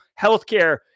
healthcare